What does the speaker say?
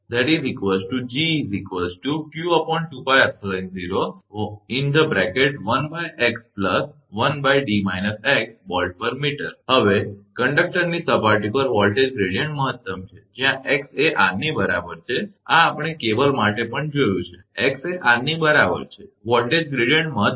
તેથી તમારો G બરાબર છે હવે કંડક્ટરની સપાટી પર વોલ્ટેજ ગ્રેડીયંટ મહત્તમ છે જ્યાં x એ r ની બરાબર છે આ આપણે કેબલ માટે પણ જોયું છે x એ r ની બરાબર છે વોલ્ટેજ ગ્રેડીયંટ મહત્તમ છે